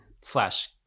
slash